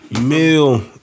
Mill